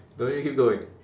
don't need keep going